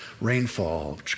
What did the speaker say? rainfall